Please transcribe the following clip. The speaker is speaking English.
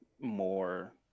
More